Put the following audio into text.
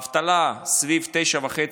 האבטלה סביב 9.5%,